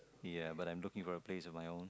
ya but I'm looking for a place of my own